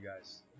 guys